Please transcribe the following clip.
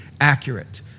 accurate